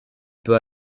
peut